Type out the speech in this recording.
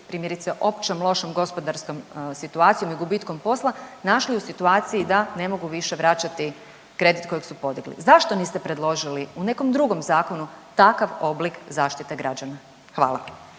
primjerice općom lošom gospodarskom situacijom i gubitkom posla našli u situaciji da ne mogu više vraćati kredit kojeg su podigli. Zašto niste predložili u nekom drugom zakonu takav oblik zaštite građana? Hvala.